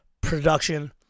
production